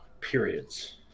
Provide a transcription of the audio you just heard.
Periods